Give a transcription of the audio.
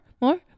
more